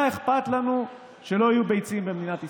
מה אכפת לנו שלא יהיו ביצים במדינת ישראל?